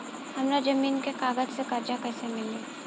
हमरा जमीन के कागज से कर्जा कैसे मिली?